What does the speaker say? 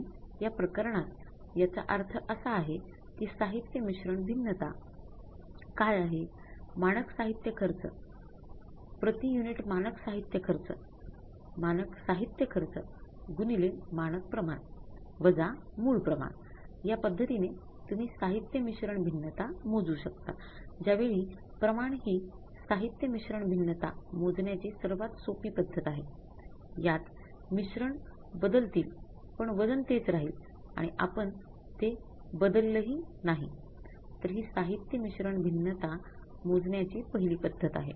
म्हणून या प्रकरणात याचा अर्थ असा आहे कि साहित्य मिश्रण भिन्नता मोजण्याची पहिली पद्धत आहे